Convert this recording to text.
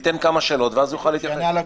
ניתן כמה שאלות ואז הוא יוכל להתייחס.